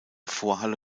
vorhalle